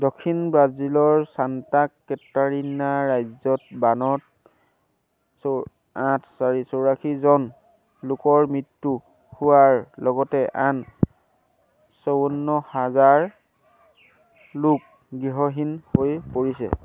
দক্ষিণ ব্ৰাজিলৰ Santa Catarina ৰাজ্যত বানত চো আঠ চাৰি চৌৰাশীজন লোকৰ মৃত্যু হোৱাৰ লগতে আন চৌৱন্ন হাজাৰ লোক গৃহহীন হৈ পৰিছে